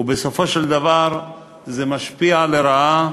ובסופו של דבר זה משפיע לרעה